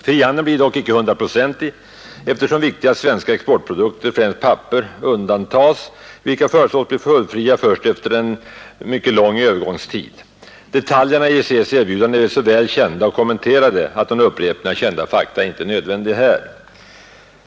Frihandeln blir dock icke 100-procentig, eftersom viktiga svenska exportprodukter, främst papper, undantas vilka föreslås bli tullfria först efter en mycket lång övergångstid. Detaljerna i EEC:s erbjudande är så väl kända och kommenterade, att någon upprepning av fakta icke är nödvändig här.